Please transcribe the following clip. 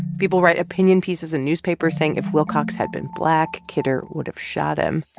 people write opinion pieces in newspapers saying if wilcox had been black, kidder would have shot him.